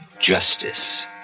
justice